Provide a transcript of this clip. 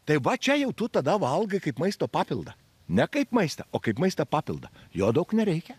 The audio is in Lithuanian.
tai va čia jau tu tada valgai kaip maisto papildą ne kaip maistą o kaip maistą papildą jo daug nereikia